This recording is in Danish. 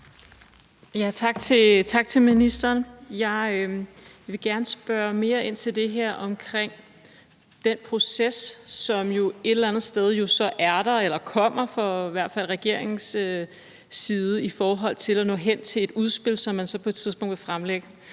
Tak til ministeren. Jeg vil gerne spørge mere ind til det her omkring den proces, som jo så i hvert fald kommer fra regeringens side i forhold til at nå hen til et udspil, som man så på et tidspunkt vil fremlægge.